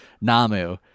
Namu